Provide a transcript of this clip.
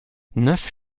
neuf